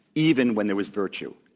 even when there was virtue.